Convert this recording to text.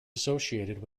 associated